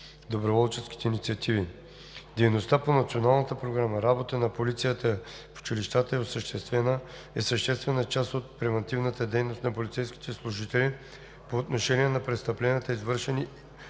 доброволчески инициативи. Дейността по Националната програма „Работа на полицията в училищата“ е съществена част от превантивната дейност на полицейските служители по отношение на престъпленията, извършени